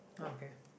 okay